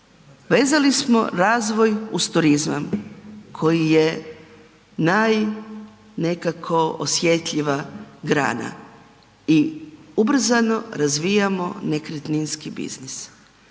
Vezali smo razvoj uz turizam koji je naj nekako osjetljiva grana i ubrzano razvijamo nekretninski biznis.